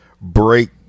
break